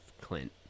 Clint